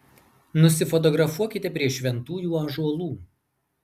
nusifotografuokite prie šventųjų ąžuolų